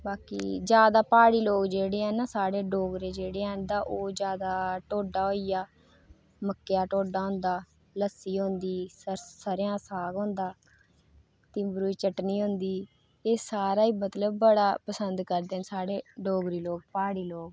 बाकी जादै प्हाड़ी लोक ऐ ना साढ़े ते ओह् डोगरे ऐ ना जादै ओह् टोड्डा होइया मक्कें दा ढोडा होंदा लस्सी होंदी सरसों स'रेआं दा साग होंदा तिंबरूं दी चटनी होंदी एह् सारा मतलब पसंद करदे साढ़े डोगरी लोक प्हाड़ी लोक